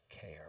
care